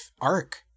arc